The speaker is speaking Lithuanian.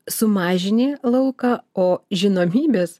sumažini lauką o žinomybės